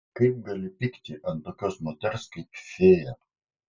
kaip gali pykti ant tokios moters kaip fėja